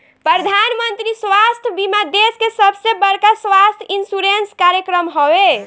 प्रधानमंत्री स्वास्थ्य बीमा देश के सबसे बड़का स्वास्थ्य इंश्योरेंस कार्यक्रम हवे